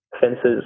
fences